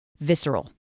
visceral